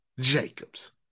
Jacobs